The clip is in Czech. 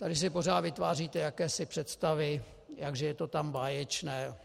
Tady si pořád vytváříte jakési představy, jak že je to tam báječné.